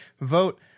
vote